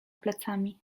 plecami